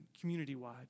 community-wide